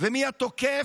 ומי התוקף,